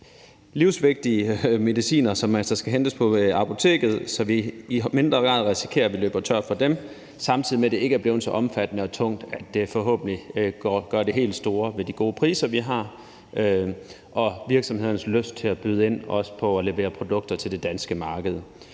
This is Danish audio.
livsvigtige medicin, som så skal hentes på apoteket, så vi i mindre grad risikerer, at vi løber tør for det, samtidig med at det forhåbentlig ikke er blevet så omfattende og tungt, at det gør det helt store ved de gode priser, vi har, og virksomhedernes lyst til at byde ind på også at levere produkter til det danske marked.